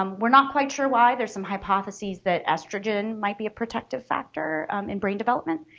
um we're not quite sure why. there're some hypotheses that estrogen might be a protective factor in brain development.